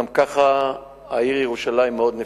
גם ככה העיר ירושלים מאוד נפיצה,